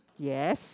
yes